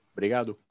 Obrigado